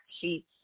sheets